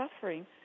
suffering